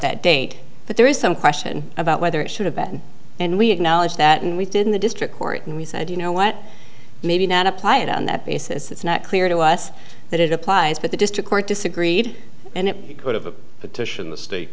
that date but there is some question about whether it should have been and we acknowledge that and we did in the district court and we said you know what maybe not apply it on that basis it's not clear to us that it applies but the district court disagreed and it could have a petition the state